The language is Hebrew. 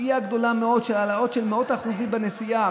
פגיעה גדולה מאוד של העלאות של מאות אחוזים בנסיעה,